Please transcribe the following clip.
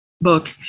book